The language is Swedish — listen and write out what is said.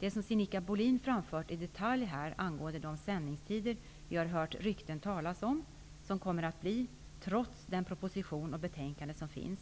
Det som Sinikka Bohlin här i detalj framfört angående de sändningstider vi hört ryktas om skall komma, trots vad som sägs i den proposition och i det betänkande som föreligger,